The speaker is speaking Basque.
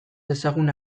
dezagun